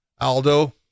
Aldo